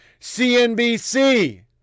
CNBC